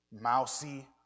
Mousy